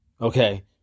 Okay